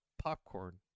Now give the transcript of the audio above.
popcorn